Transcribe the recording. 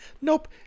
Nope